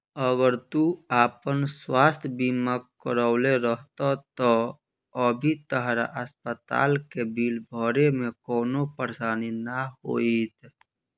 अगर तू आपन स्वास्थ बीमा करवले रहत त अभी तहरा अस्पताल के बिल भरे में कवनो परेशानी ना होईत